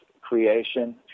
creation